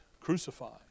crucified